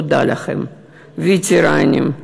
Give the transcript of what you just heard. תודה לכם, וטרנים,